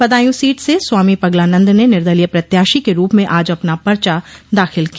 Budaun seat से स्वामी पगला नंद ने निर्दलीय प्रत्याशी के रूप में आज अपना पर्चा दाखिल किया